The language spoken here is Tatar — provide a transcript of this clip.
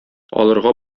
алырга